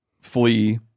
flee